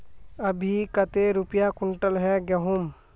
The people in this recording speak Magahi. अभी कते रुपया कुंटल है गहुम?